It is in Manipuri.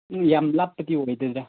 ꯎꯝ ꯌꯥꯝ ꯂꯥꯞꯄꯗꯤ ꯑꯣꯏꯗꯦꯗ